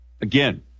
again